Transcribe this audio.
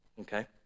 okay